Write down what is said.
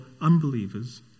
unbelievers